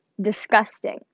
disgusting